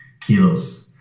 kilos